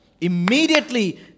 immediately